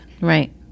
Right